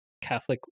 Catholic